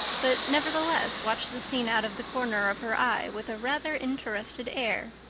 but nevertheless watched the scene out of the corner of her eye with a rather interested air.